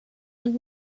und